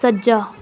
ਸੱਜਾ